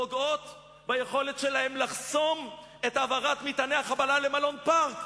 פוגעות ביכולת שלהם לחסום את העברת מטעני החבלה למלון "פארק".